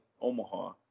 Omaha